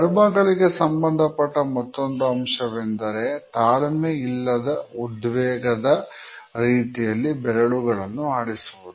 ಧರ್ಮಗಳಿಗೆ ಸಂಬಂಧಪಟ್ಟ ಮತ್ತೊಂದು ಅಂಶವೆಂದರೆ ತಾಳ್ಮೆ ಇಲ್ಲದ ಉದ್ವೇಗದ ರೀತಿಯಲ್ಲಿ ಬೆರಳುಗಳನ್ನು ಆಡಿಸುವುದು